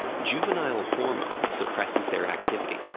juvenile hormone suppresses their activity,